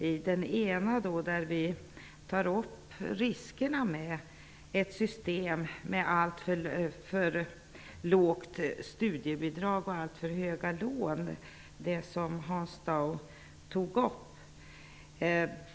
I den ena tar vi upp riskerna med ett system med alltför lågt studiebidrag och alltför höga lån. Det var det som Hans Dau tog upp.